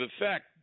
effect